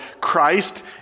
Christ